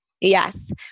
Yes